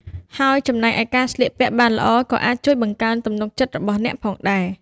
ហើយចំណែកឯការស្លៀកពាក់បានល្អក៏អាចជួយបង្កើនទំនុកចិត្តរបស់អ្នកផងដែរ។